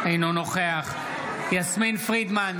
אינו נוכח יסמין פרידמן,